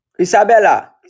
Isabella